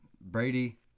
Brady